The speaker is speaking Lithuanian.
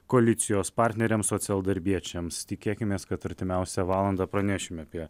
koalicijos partneriams socialdarbiečiams tikėkimės kad artimiausią valandą pranešime apie